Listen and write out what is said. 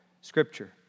Scripture